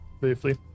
briefly